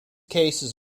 cases